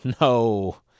No